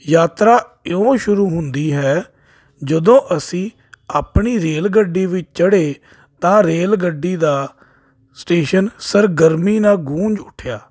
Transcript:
ਯਾਤਰਾ ਇਉਂ ਸ਼ੁਰੂ ਹੁੰਦੀ ਹੈ ਜਦੋਂ ਅਸੀਂ ਆਪਣੀ ਰੇਲ ਗੱਡੀ ਵਿੱਚ ਚੜ੍ਹੇ ਤਾਂ ਰੇਲ ਗੱਡੀ ਦਾ ਸਟੇਸ਼ਨ ਸਰਗਰਮੀ ਨਾਲ ਗੂੰਜ ਉੱਠਿਆ